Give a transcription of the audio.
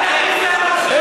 אין שעת שאלות.